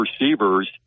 receivers